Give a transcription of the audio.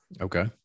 Okay